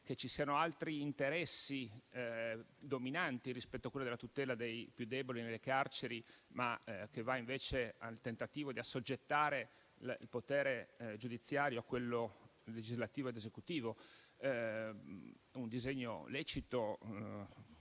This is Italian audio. che ci siano altri interessi dominanti rispetto a quello della tutela dei più deboli nelle carceri, che mirano a tentare di assoggettare il potere giudiziario a quello legislativo ed esecutivo. Sarebbe un disegno lecito,